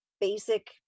basic